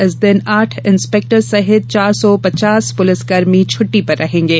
इस दिन आठ इंस्पेक्टर सहित चार सौ पचास पुलिसकर्मी छुट्टी पर रहेंगे